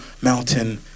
mountain